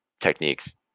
techniques